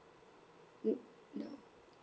n~ no